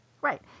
Right